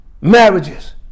marriages